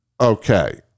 okay